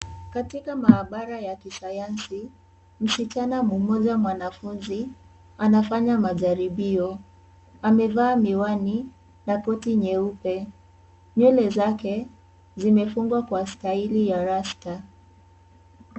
Katika mahabara ya kisayansi, msichana mmoja mwanafunzi anafanya majaribio, amevaa miwani na koti nyeupe, nywele zake zimefungwa kwa staili ya rasta.